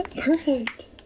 Perfect